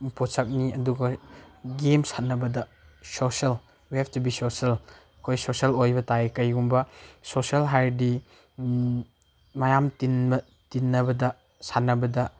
ꯄꯣꯠꯁꯛꯅꯤ ꯑꯗꯨꯒ ꯒꯦꯝ ꯁꯥꯟꯅꯕꯗ social we have to be social ꯑꯩꯈꯣꯏ ꯁꯣꯁꯦꯜ ꯑꯣꯏꯕ ꯇꯥꯏ ꯀꯔꯤꯒꯨꯝꯕ ꯁꯣꯁꯦꯜ ꯍꯥꯏꯔꯗꯤ ꯃꯌꯥꯝ ꯇꯤꯟꯕ ꯇꯤꯟꯅꯕꯗ ꯁꯥꯟꯅꯕꯗ